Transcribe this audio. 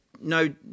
no